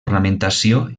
ornamentació